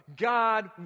God